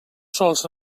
sols